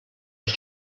els